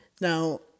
Now